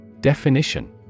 Definition